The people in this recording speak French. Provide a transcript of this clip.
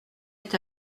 est